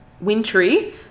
wintry